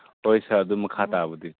ꯍꯣꯏ ꯁꯥꯔ ꯑꯗꯨ ꯃꯈꯥ ꯇꯥꯕꯗꯤ